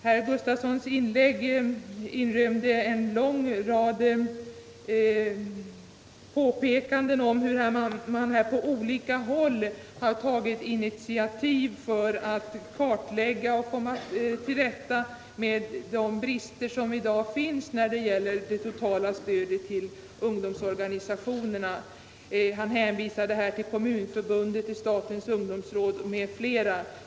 Herr Gustavssons inlägg inrymde en lång rad påpekanden om hur man på olika håll har tagit initiativ för att kartlägga och komma till rätta med de brister som i dag finns när det gäller det totala stödet till ungdomsorganisationerna. Han hänvisade till Kommunförbundet och statens ungdomsråd m.fl.